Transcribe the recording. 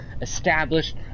established